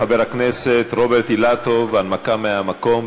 חבר הכנסת רוברט אילטוב, הנמקה מהמקום.